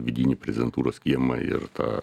vidinį prezidentūros kiemą ir tą